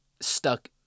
stuck